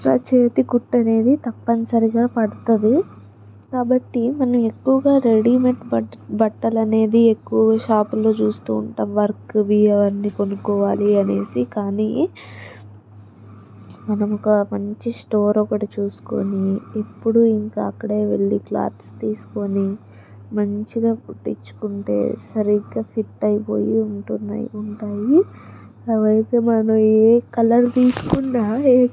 extra చేతి కుట్టు అనేది తప్పనిసరిగా పడుతుంది కాబట్టి మనం ఎక్కువగా రెడీమేడ్ బట్టలు అనేది ఎక్కువ షాపులో చూస్తూ ఉంటాం వర్క్వి అవన్నీ కొనుక్కోవాలి అనేసి కానీ మనము ఒక మంచి స్టోర్ ఒకటి చూసుకొని ఎప్పుడూ ఇంకా అక్కడే వెళ్లి క్లాత్స్ తీసుకొని మంచిగా కుట్టించుకుంటే సరిగ్గా ఫిట్ అయిపోయి ఉంటున్నాయి ఉంటాయి అవి అయితే మనం ఏ కలర్ తీసుకున్న ఏ